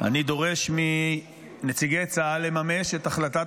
אני דורש מנציגי צה"ל לממש את החלטת